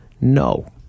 No